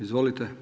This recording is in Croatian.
Izvolite.